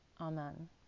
Amen